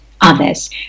others